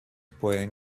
pueden